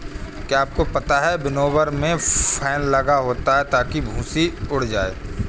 क्या आपको पता है विनोवर में फैन लगा होता है ताकि भूंसी उड़ जाए?